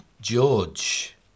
George